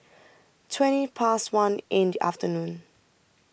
twenty Past one in The afternoon